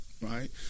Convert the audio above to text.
right